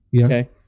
okay